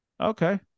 Okay